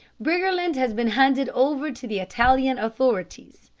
briggerland has been handed over to the italian authorities.